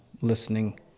listening